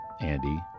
Andy